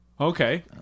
okay